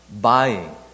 buying